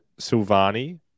Sylvani